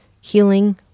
healing